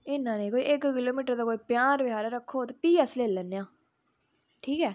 इन्ना नेईं कोई इक किलोमिटर दा कोई पंजाह् रुपये सारा रक्खो तां फ्ही ठीक ऐ अस लेई लैने आं ठीक ऐ